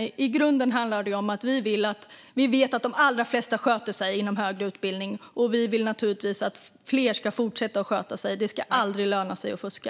Vi vet att de allra flesta inom högre utbildning sköter sig. Och vi vill naturligtvis att fler ska fortsätta att sköta sig. Det ska aldrig löna sig att fuska.